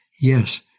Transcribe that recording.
Yes